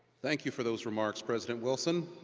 thank you for those remarks, president wilson.